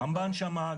גם בהנשמה,